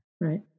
Right